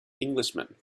englishman